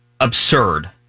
absurd